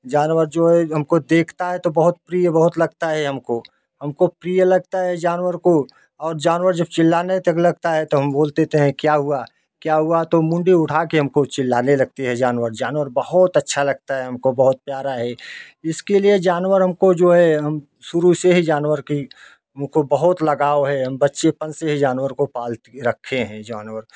जानवर जो है हमको देखता है तो बहुत प्रिय बहुत लगता है हमको हमको प्रिय लगता है जानवर को और जानवर जब चिल्लाने तक लगता है तब हम बोल देते है क्या हुआ क्या हुआ तब मुंडी उठा के हमको चिल्लाने लगती है हमको जानवर जानवर बहुत अच्छा लगता है हमको बहुत प्यारा है इसके लिए जानवर हमको जो है हम शुरू से ही जानवर के को बहुत लगाव है हम बच्चेपन से ही जानवर को पाल के रखे हैं जानवर